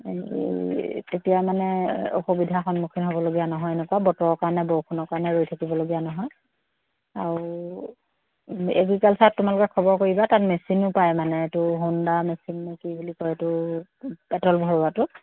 এতিয়া মানে অসুবিধা সন্মুখীন হ'ব লগা নহয় এনেকুৱা বতৰৰ কাৰণে বৰষুণৰ কাৰণে ৰৈ থাকিবলগীয়া নহয় আৰু এগ্ৰিকালচাৰত তোমালোকে খবৰ কৰিবা তাত মেচিনো পায় মানে ত' হ'ণ্ডা মেচিন নে কি বুলি কয় এইটো পেট্ৰ'ল ভৰোৱাটো